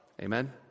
Amen